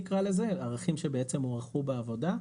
הערכים שבעצם הוערכו בעבודה.